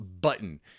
button